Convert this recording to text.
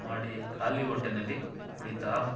ಮಾಡಿ ಖಾಲಿ ಹೊಟ್ಟೆನಲ್ಲಿ ಕುಡಿತಾ